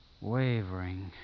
wavering